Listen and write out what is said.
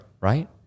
right